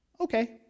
Okay